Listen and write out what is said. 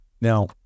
Now